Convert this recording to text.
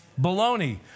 Baloney